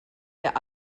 der